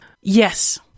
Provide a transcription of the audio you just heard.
Yes